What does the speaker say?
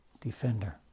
Defender